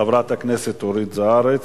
חברת הכנסת אורית זוארץ.